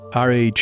RH